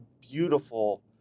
beautiful